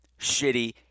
shitty